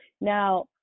Now